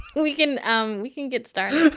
we can um we can get started